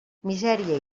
misèria